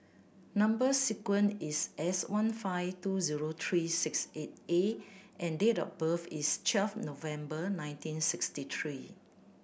number sequence is S one five two zero three six eight A and date of birth is twelve November nineteen sixty three